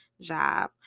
job